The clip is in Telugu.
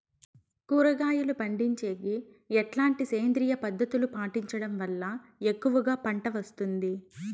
కూరగాయలు పండించేకి ఎట్లాంటి సేంద్రియ పద్ధతులు పాటించడం వల్ల ఎక్కువగా పంట వస్తుంది?